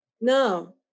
No